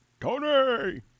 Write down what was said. Tony